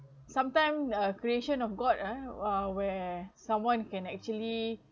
sometime a creation of god ah where someone can actually